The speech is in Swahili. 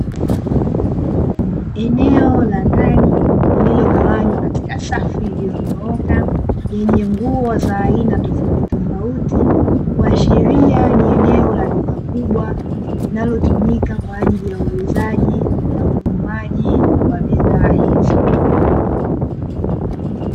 Eneo la ndani lililogawanywa katika safu, iliyonyooka lenye mrua wa aina tofautitofauti huashiria ni eneo la duka kubwa linalotumika kwa ajili ya ununuaji na uuzaji wa bidhaa hizo.